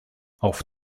auf